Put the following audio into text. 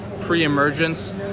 pre-emergence